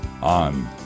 on